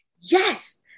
yes